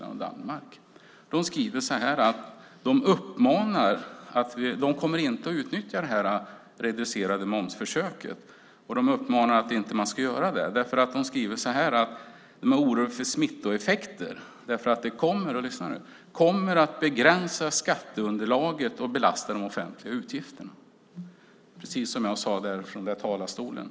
De kommer inte att utnyttja det reducerade momsförsöket och uppmanar till att inte göra det. De skriver att de är oroliga för smittoeffekter eftersom det kommer att begränsa skatteunderlaget och belasta de offentliga utgifterna. Det var precis det jag sade från talarstolen.